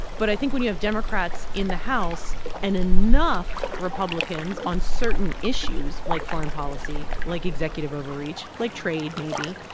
but i think when you have democrats in the house and enough republicans on certain issues like foreign policy, like executive overreach, like trade, maybe,